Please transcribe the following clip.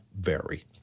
vary